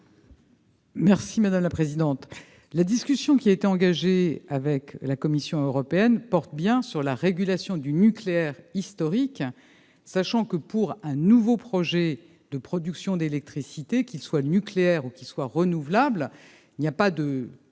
est à Mme la ministre. La discussion engagée avec la Commission européenne porte bien sur la régulation du nucléaire historique. D'ailleurs, pour un nouveau projet de production d'électricité, qu'il soit nucléaire ou renouvelable, il n'y a pas de